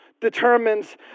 determines